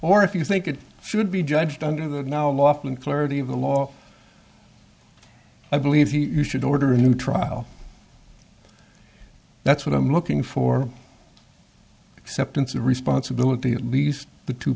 or if you think it should be judged under the now lawful and clarity of the law i believe he should order a new trial that's what i'm looking for acceptance of responsibility at least the two